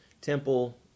Temple